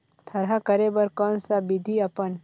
थरहा करे बर कौन सा विधि अपन?